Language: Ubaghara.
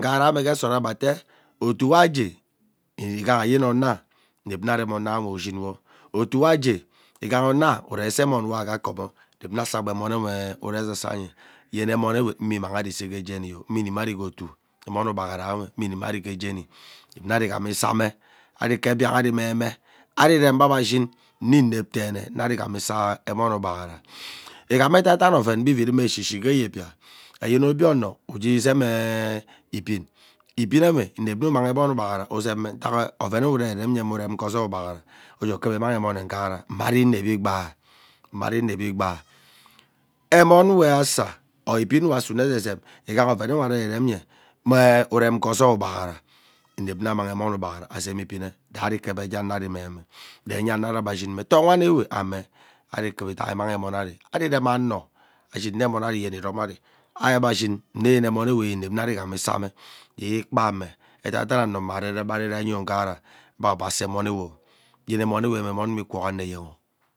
Ughara eme gheera ebe otuo we ajee igha ayeni ono inep mme arem onoawe ushin wo otuwe agee ighaha ono uree asa emon we aghaa como inep nna angha saa gba emonewe, uregbe esasa yene mme immang ari isei ghe Jeniyo imini ari ghee otuo emon ugbagharanwe mme inimin ari ghee jeni inep mma ari ghae jeni inep nna ari ighami same ari kep biang ari memee ari irem gbe ebe ishin mme inep teene ari ghami isaa emon ugbaghara. Igham edaidan oven be ivirume eshishi yebia eyen obie ono ughe ezemee ibing ininewe inep mme umang emone ugbaghara uzemme ntak ovenewe ureererenye mme urem ghe, ozoi ugbaghara ughee kuva imang emone ughara mmari imeri gbaa mari nevi gbaa emon we asa or inin we asune ezezemye ighaha oven ewe asune ererenye ighaha mme urem ghe ozoi inep mme emone ugbaghara azem ibine sari ikep enya ano ari meme see enya ano ari ashin mme. Too wani ewe ame ari ikura idan imang emonari ari irem ano yene amonari iromavi agbe ashin nyene amone inep mme ari ghani saame ikpame edaide ano mme be aree rei nyo ughara ebe avum asaa emonewe yene emonwe mme emonwe ikwuhi eneyeh.